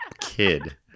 kid